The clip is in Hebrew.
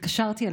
התקשרתי אליו,